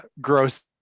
gross